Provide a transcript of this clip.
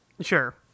sure